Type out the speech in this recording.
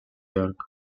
york